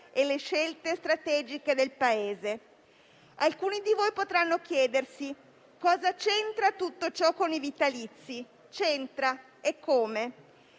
e le scelte strategiche del Paese. Alcuni di voi potranno chiedersi cosa c'entri tutto ciò con i vitalizi. C'entra, eccome!